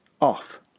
off